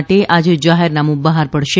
માટે આજે જાહેરનામું બહાર પડશે